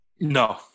No